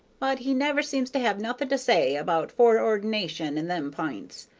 but he never seems to have nothin' to say about foreordination and them p'ints.